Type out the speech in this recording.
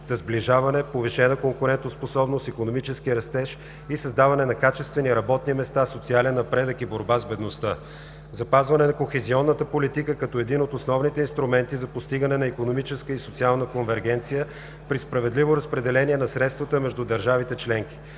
за сближаване, повишена конкурентоспособност, икономически растеж и създаване на качествени работни места, социален напредък и борба с бедността; - запазване на кохезионната политика като един от основните инструменти за постигане на икономическа и социална конвергенция при справедливо разпределение на средствата между държавите членки;